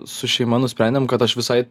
su šeima nusprendėm kad aš visai